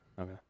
Okay